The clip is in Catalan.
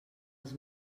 els